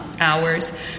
hours